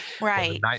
right